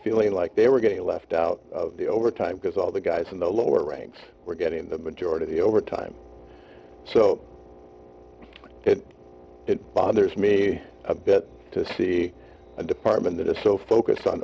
feeling like they were getting left out of the overtime because all the guys in the lower ranks were getting the majority overtime so it bothers me a bit to see a department that is so focused on